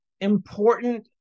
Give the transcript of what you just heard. important